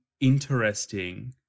interesting